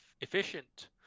efficient